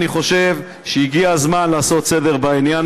אני חושב שהגיע הזמן לעשות סדר בעניין